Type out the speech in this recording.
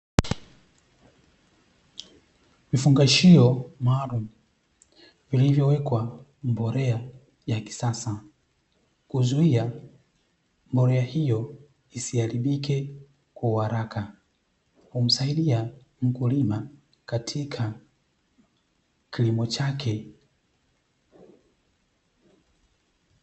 Vifungashio maalumu vilivyowekwa mbolea ya kisasa kuzuia mbolea hiyo isiharibike kwa uharaka, humsaidia mkulima katika kilimo chake.